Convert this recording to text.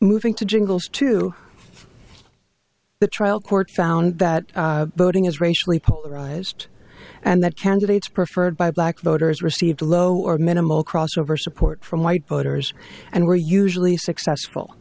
moving to jingles to the trial court found that voting is racially polarized and that candidates preferred by black voters received a low or a minimal crossover support from white voters and were usually successful